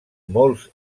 molts